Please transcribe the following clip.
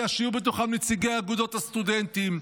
שיהיו בתוכם נציגי אגודות הסטודנטים,